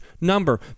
number